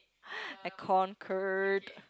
I concurred